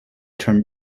turn